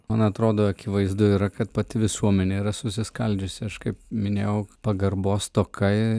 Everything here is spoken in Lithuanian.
man atrodo akivaizdu yra kad pati visuomenė yra susiskaldžiusi aš kaip minėjau pagarbos stoka